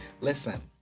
Listen